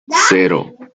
cero